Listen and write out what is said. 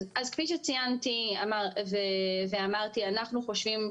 אז כפי שציינתי ואמרתי, אנחנו חושבים ככה.